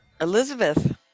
Elizabeth